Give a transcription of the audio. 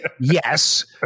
yes